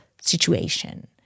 situation